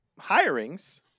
hirings